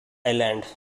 island